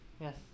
Yes